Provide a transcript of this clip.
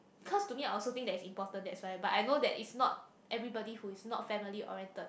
cause to me I also think that's important that's why but I know that is not everybody who is not family oriented